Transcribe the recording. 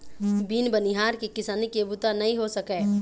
बिन बनिहार के किसानी के बूता नइ हो सकय